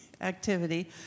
Activity